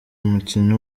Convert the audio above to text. umukinnyi